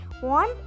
one